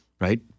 right